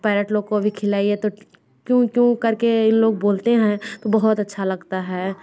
parrot लोग को भी खियाइए तो चूँ चूँ कर के ये लोग बोलते हैं बहुत अच्छा लगता है